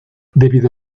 debido